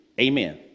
Amen